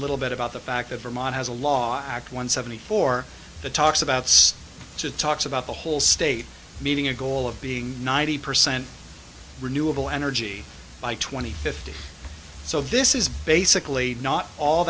little bit about the fact that vermont has a law act one seventy four the talks about sed to talks about the whole state meeting a goal of being ninety percent renewable energy by two thousand and fifty so this is basically not all